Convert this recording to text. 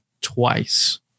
twice